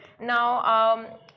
Now